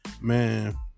Man